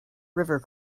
river